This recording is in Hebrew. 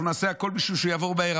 אנחנו נעשה הכול בשביל שהוא יעבור מהר,